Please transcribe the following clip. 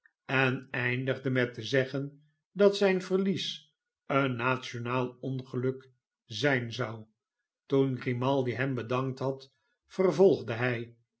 en eindigde mettezeggen dat zijn verlies een nationaal ongeluk zijn zou toen grimaldi hem bedankt had vervolgde hij